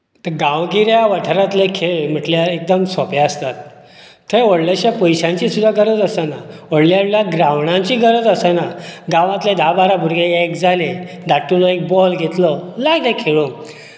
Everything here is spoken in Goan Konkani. गांवगिऱ्या वाठारांतले खेळ म्हणल्यार एकदम सोंपें आसतात थंय व्हडलेश्या पयशांची सुद्दां गरज आसना व्हडल्या व्हडल्या ग्रांवडाची गरज आसना गांवांतले धा बारा भुरगे हे एक जाले धाकटुलो एक बॉल घेतलो लागले खेळूंक